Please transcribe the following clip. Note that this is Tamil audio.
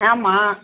ஆமாம்